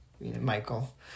Michael